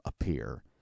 appear